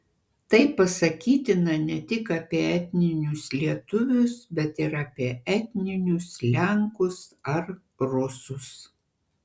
tai pasakytina ne tik apie etninius lietuvius bet ir apie etninius lenkus ar rusus